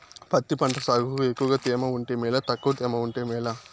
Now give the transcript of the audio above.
పత్తి పంట సాగుకు ఎక్కువగా తేమ ఉంటే మేలా తక్కువ తేమ ఉంటే మేలా?